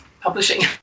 publishing